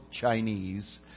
Chinese